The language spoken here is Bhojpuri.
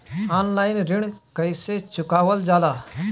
ऑनलाइन ऋण कईसे चुकावल जाला?